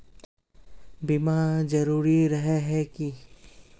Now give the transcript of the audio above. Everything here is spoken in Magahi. बीमा जरूरी रहे है की?